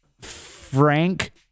Frank